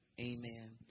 Amen